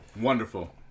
wonderful